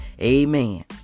Amen